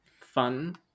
fun